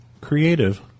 creative